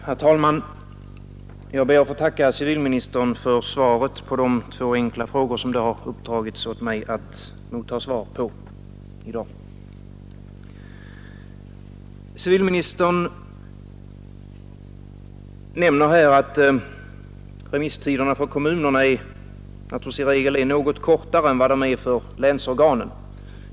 Herr talman! Jag ber att få tacka civilministern för svaret på de två enkla frågor som det har uppdragits åt mig att motta svar på i dag. Civilministern nämner att remisstiderna för kommunerna i regel är något kortare än för länsorganen.